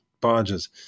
barges